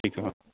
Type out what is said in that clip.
ठीकु आहे